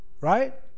Right